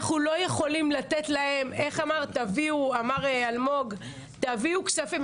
אמר אלמוג, תביאו כספים.